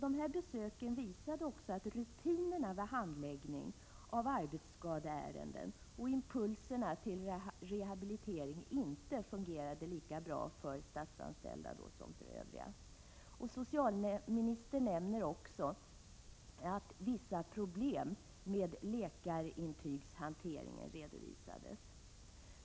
Dessa besök visade att rutinerna vid handläggning av arbetsskadeärenden och impulserna till rehabilitering inte fungerade lika bra för statsanställda som för övriga. Socialministern nämner också att vissa problem med hanteringen av läkarintygen redovisades.